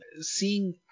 seeing